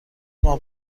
ماه